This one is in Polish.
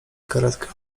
karetkę